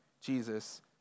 Jesus